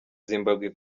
zimbabwe